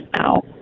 now